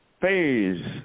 phase